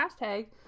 hashtag